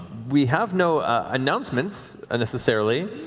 we have no announcements, necessarily.